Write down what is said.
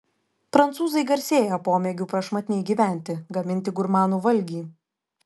prancūzai garsėja pomėgiu prašmatniai gyventi gaminti gurmanų valgį